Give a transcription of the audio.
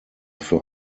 für